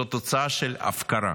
זאת תוצאה של הפקרה.